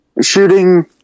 shooting